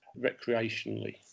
recreationally